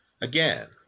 again